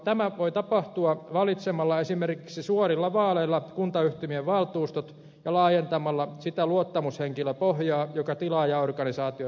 tämä voi tapahtua valitsemalla esimerkiksi suorilla vaaleilla kuntayhtymien valtuustot ja laajentamalla sitä luottamushenkilöpohjaa joka tilaajaorganisaatiossa toimii